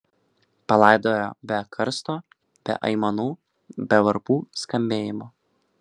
palaidojo be karsto be aimanų be varpų skambėjimo